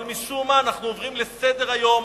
אבל משום מה אנחנו עוברים לסדר-היום